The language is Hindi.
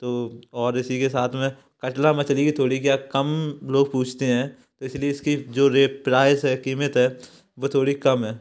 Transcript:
तो और इसी के साथ में कतला मछली की थोड़ी क्या कम लोग पूछते हैं इसलिए इसकी जो रेट प्राइस है कीमत है वो थोड़ी कम है